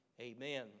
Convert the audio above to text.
amen